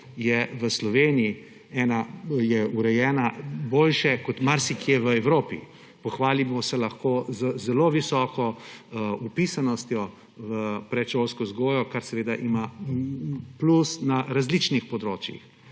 je v Sloveniji urejena boljše kot marsikje v Evropi. Pohvalimo se lahko z zelo visoko vpisanostjo v predšolsko vzgojo, kar seveda ima plus na različnih področjih.